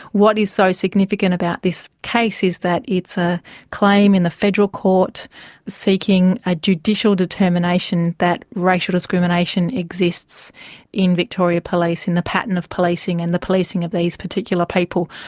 what is so significant about this case is that it's a claim in the federal court seeking a judicial determination that racial discrimination exists in victoria police in the pattern of policing and the policing of these particular people.